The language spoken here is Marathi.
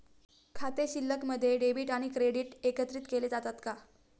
खाते शिल्लकमध्ये डेबिट आणि क्रेडिट एकत्रित केले जातात का?